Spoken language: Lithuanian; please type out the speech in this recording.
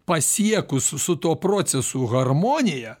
pasiekus su tuo procesu harmoniją